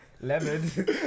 Lemon